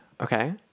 okay